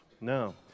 No